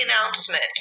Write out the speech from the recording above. announcement